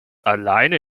alleine